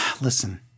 listen